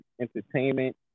Entertainment